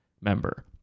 member